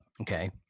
Okay